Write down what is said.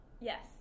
yes